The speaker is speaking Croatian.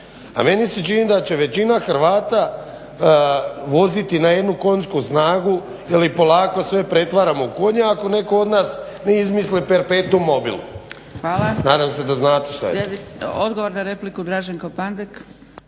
A meni se čini da će većina Hrvata voziti na jednu konjsku snagu ili polako sve pretvaramo u konje ako netko od nas ne izmisli perpetum mobilu. Nadam se da znate šta je